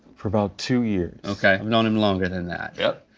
for about two years. okay, i've known him longer than that. yep.